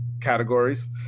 categories